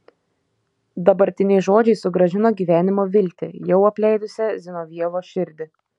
dabartiniai žodžiai sugrąžino gyvenimo viltį jau apleidusią zinovjevo širdį